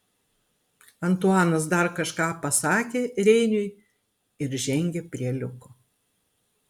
antuanas dar kažką pasakė reiniui ir žengė prie liuko